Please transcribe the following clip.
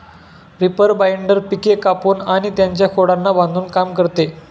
reaper binder पिके कापून आणि त्यांच्या खोडांना बांधून काम करते